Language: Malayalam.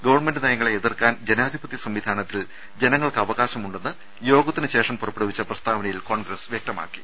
ഗവൺമെന്റ് നയങ്ങളെ എതിർക്കാൻ ജനാധിപത്യ സംവിധാനത്തിൽ ജനങ്ങൾക്ക് അവകാശമുണ്ടെന്ന് യോഗത്തിനുശേഷം പുറപ്പെടുവിച്ച പ്രസ്താവനയിൽ കോൺഗ്രസ് വൃക്തമാക്കി